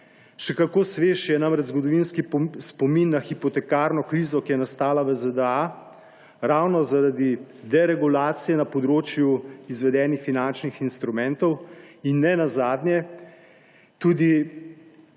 Še kako svež je namreč zgodovinski spomin na hipotekarno krizo, ki je nastala v ZDA ravno zaradi deregulacije na področju izvedenih finančnih instrumentov, in ne nazadnje tudi